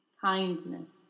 kindness